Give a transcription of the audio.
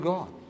God